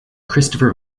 christopher